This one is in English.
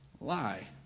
lie